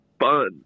fun